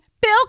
Bill